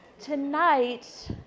Tonight